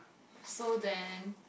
so then